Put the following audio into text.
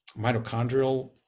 mitochondrial